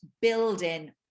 building